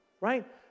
right